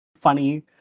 funny